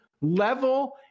level